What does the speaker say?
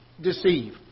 deceive